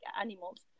animals